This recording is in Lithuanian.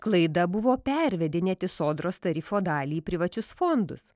klaida buvo pervedinėti sodros tarifo dalį į privačius fondus